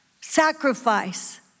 Sacrifice